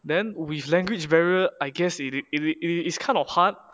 then with language barrier I guess it is it is it is kind of hard